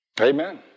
Amen